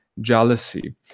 jealousy